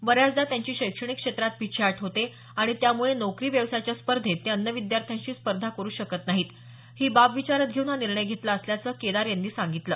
बऱ्याचदा त्यांची शैक्षणिक क्षेत्रात पिछेहाट होते आणि त्यामुळे नोकरी व्यवसायाच्या स्पर्धेत ते अन्य विद्यार्थ्यांशी स्पर्धा करु शकत नाहीत ही बाब विचारात घेऊन हा निर्णय घेतला असल्याचं केदार यांनी सांगितलं